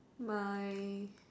my